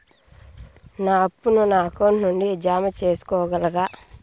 నా అప్పును నా అకౌంట్ నుండి జామ సేసుకోగలరా?